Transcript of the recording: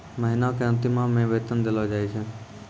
महिना के अंतिमो मे वेतन देलो जाय छै